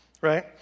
right